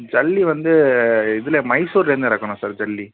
ஜல்லி வந்து இதிலே மைசூர்லேருந்து இறக்குனோம் சார் ஜல்லி